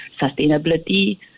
sustainability